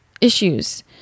issues